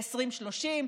ב-2030?